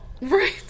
Right